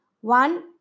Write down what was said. one